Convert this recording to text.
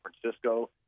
Francisco